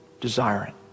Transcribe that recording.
desiring